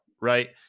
right